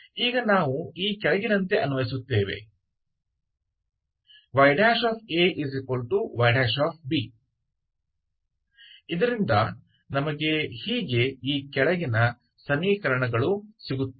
ಈಗ ನಾವು ಈ ಕೆಳಗಿನಂತೆ ಅನ್ವಯಿಸುತ್ತೇವೆ ii y y ಇದರಿಂದ ನಮಗೆ ಹೀಗೆ ಈ ಕೆಳಗಿನ ಸಮೀಕರಣಗಳು ಸಿಗುತ್ತವೆ